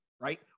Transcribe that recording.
right